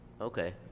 Okay